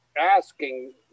asking